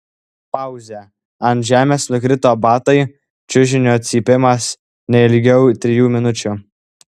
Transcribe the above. pauzė ant žemės nukrito batai čiužinio cypimas ne ilgiau trijų minučių